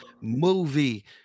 movie